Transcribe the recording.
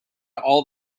all